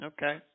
Okay